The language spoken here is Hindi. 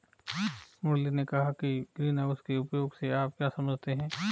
मुरली ने कहा कि ग्रीनहाउस के उपयोग से आप क्या समझते हैं?